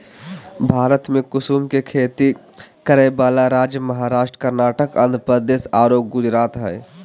भारत में कुसुम के खेती करै वाला राज्य महाराष्ट्र, कर्नाटक, आँध्रप्रदेश आरो गुजरात हई